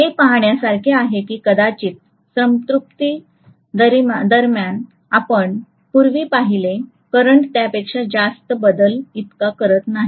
हे पाहण्यासारखे आहे की कदाचित संतृप्ति दरम्यान आपण पूर्वी पाहिले करंट त्यापेक्षा जास्त बदल इतका करत नाही